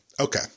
okay